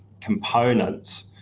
components